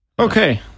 Okay